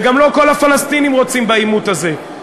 וגם לא כל הפלסטינים רוצים בעימות הזה.